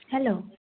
hello